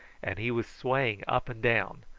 and he was swaying up and down,